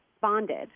bonded